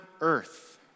earth